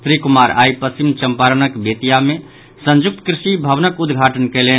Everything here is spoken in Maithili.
श्री कुमार आइ पश्चिम चम्पारणक बेतिया मे संयुक्त कृषि भवनक उद्घाटन कयलनि